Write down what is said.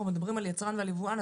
אנחנו מדברים על היצרן ועל יבואן.